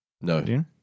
No